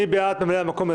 מי בעד אישור ממלאי המקום?